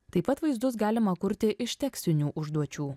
taip pat vaizdus galima kurti iš tekstinių užduočių